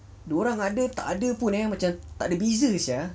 dia orang ada takde pun macam beza sia